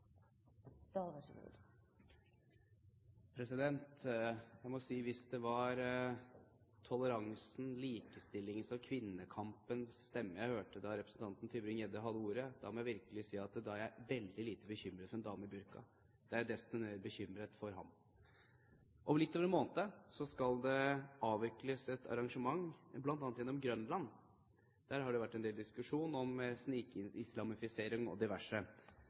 kvinnekampens stemme jeg hørte da representanten Tybring-Gjedde hadde ordet, må jeg virkelig si at da er jeg veldig lite bekymret for en dame i burka. Da er jeg desto mer bekymret for ham. Om litt over en måned skal det avvikles et arrangement, bl.a. på Grønland. Der har det vært en del diskusjon om snikislamisering og diverse.